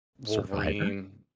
Wolverine